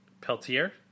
Peltier